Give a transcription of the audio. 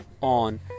on